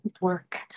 work